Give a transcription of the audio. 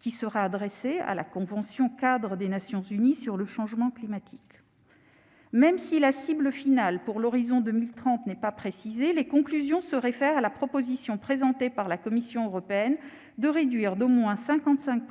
qui sera adressée aux parties à la convention-cadre des Nations unies sur le changement climatique. Bien que la cible finale pour l'horizon 2030 ne soit pas précisée, les conclusions se réfèrent à la proposition présentée par la Commission européenne de réduire d'au moins 55